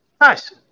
Nice